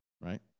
right